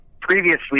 previously